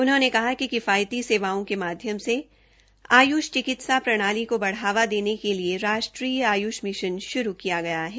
उन्होंने कहा कि किफायती सेवाओं के माध्यम से आयुष चिकित्सा प्रणाली को बढावा देने के लिए राष्ट्रीय आयुष मिषन शुरू किया गया है